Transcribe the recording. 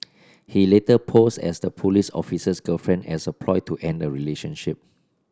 she later posed as the police officer's girlfriend as a ploy to end the relationship